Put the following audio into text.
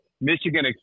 Michigan